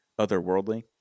otherworldly